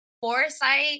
foresight